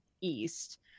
east